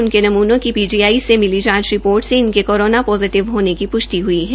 उनके नमूनों की पीजीआई से मिली जांच रिपोर्ट से इनके कोरोना पोजिटिव होने की पृष्टि हई है